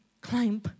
climb